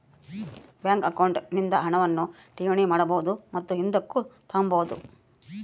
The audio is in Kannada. ಬ್ಯಾಂಕ್ ಅಕೌಂಟ್ ನಿಂದ ಹಣವನ್ನು ಠೇವಣಿ ಮಾಡಬಹುದು ಮತ್ತು ಹಿಂದುಕ್ ತಾಬೋದು